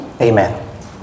Amen